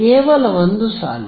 ಕೇವಲ ಒಂದು ಸಾಲು